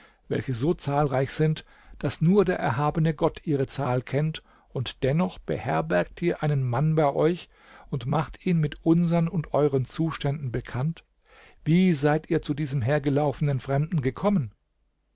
welche so zahlreich sind daß nur der erhabene gott ihre zahl kennt und dennoch beherbergt ihr einen mann bei euch und macht ihn mit unsern und euren zuständen bekannt wie seid ihr zu diesem hergelaufenen fremden gekommen